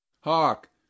hark